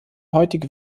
heutige